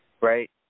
right